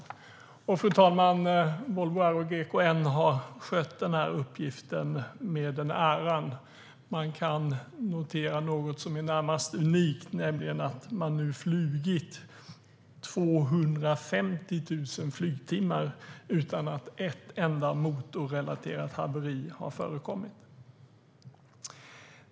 Volvo Aero/GKN har skött uppgiften med den äran, fru talman. Man kan notera något som är närmast unikt, nämligen att det flugits 250 000 flygtimmar utan att ett enda motorrelaterat haveri förekommit.